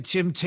Tim